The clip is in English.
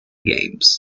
games